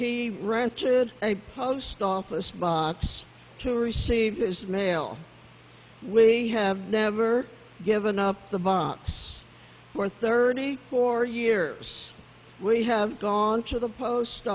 room he rented a post office box to receive his mail we have never given up the box for thirty four years we have gone to the post